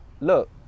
Look